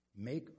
Make